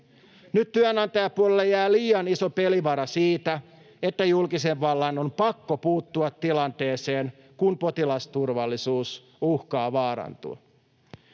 Nyt työnantajapuolelle jää liian iso pelivara siitä, että julkisen vallan on pakko puuttua tilanteeseen, kun potilasturvallisuus uhkaa vaarantua.